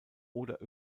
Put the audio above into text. oder